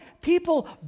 people